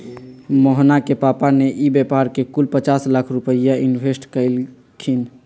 मोहना के पापा ने ई व्यापार में कुल पचास लाख रुपईया इन्वेस्ट कइल खिन